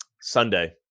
Sunday